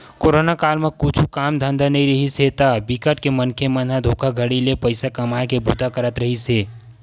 corona काल म कुछु काम धंधा नइ रिहिस हे ता बिकट के मनखे मन ह धोखाघड़ी ले पइसा कमाए के बूता करत रिहिस हे